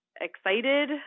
excited